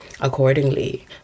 Accordingly